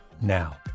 now